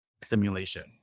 stimulation